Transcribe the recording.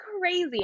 crazy